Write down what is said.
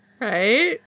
Right